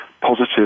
positive